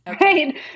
Right